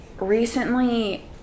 recently